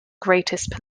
greatest